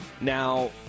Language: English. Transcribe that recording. now